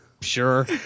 sure